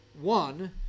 one